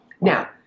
Now